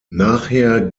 nachher